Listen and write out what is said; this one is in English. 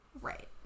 right